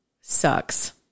sucks